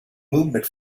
movement